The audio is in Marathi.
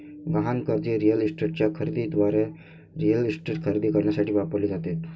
गहाण कर्जे रिअल इस्टेटच्या खरेदी दाराद्वारे रिअल इस्टेट खरेदी करण्यासाठी वापरली जातात